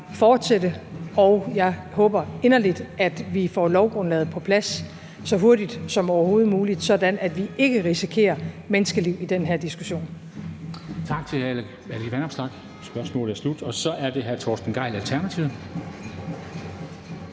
fortsætte, og jeg håber inderligt, at vi får lovgrundlaget på plads så hurtigt som overhovedet muligt, så vi ikke risikerer menneskeliv i den her diskussion.